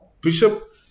Bishop